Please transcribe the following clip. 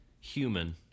human